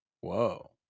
whoa